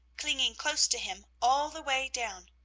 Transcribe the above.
clinging close to him, all the way down.